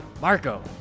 Marco